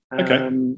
Okay